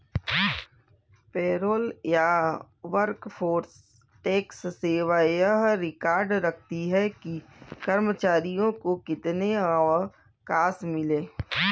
payroll या workforce tax सेवा यह रिकॉर्ड रखती है कि कर्मचारियों को कितने अवकाश मिले